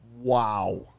Wow